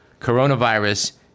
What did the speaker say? coronavirus